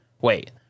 wait